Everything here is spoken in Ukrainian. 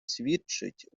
свідчить